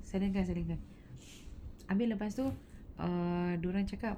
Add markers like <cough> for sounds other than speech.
silent kan silent kan <laughs> habis lepas tu err dia orang cakap